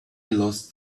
lost